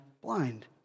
blind